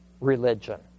religion